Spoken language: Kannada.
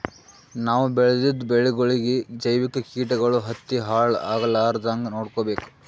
ನಾವ್ ಬೆಳೆದಿದ್ದ ಬೆಳಿಗೊಳಿಗಿ ಜೈವಿಕ್ ಕೀಟಗಳು ಹತ್ತಿ ಹಾಳ್ ಆಗಲಾರದಂಗ್ ನೊಡ್ಕೊಬೇಕ್